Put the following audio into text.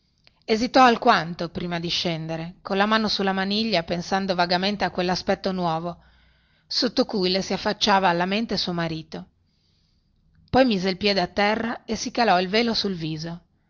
sportello esitò alquanto prima di scendere colla mano sulla maniglia pensando vagamente a quellaspetto nuovo sotto cui le si affacciava alla mente suo marito poi mise il piede a terra e si calò il velo sul viso